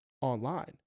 online